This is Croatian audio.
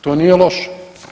To nije loše.